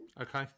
Okay